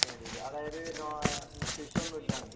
seventy അതായത് no fish ഒന്നും ഇല്ലാണ്ട്